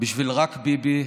בשביל "רק ביבי"